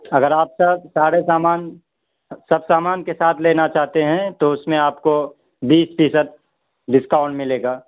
اگر آپ کا سارے سامان سب سامان کے ساتھ لینا چاہتے ہیں تو اس میں آپ کو بیس فیصد ڈسکاؤنٹ ملے گا